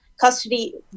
custody